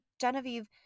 Genevieve